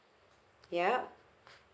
yup